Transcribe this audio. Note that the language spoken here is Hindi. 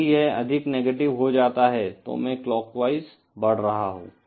यदि यह अधिक नेगेटिव हो जाता है तो मैं क्लॉकवाइज बढ़ रहा हूं